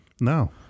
no